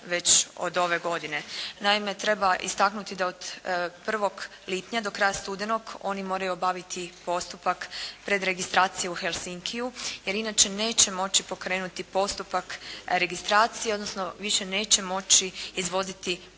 već od ove godine. Naime, treba istaknuti da od 1. lipnja do kraja studenog oni moraju obaviti postupak predregistracije u Helsinkiju, jer inače neće moći pokrenuti postupak registracije, odnosno više neće moći izvoziti u